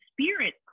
spirit